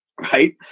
right